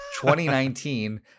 2019